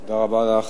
תודה רבה לך.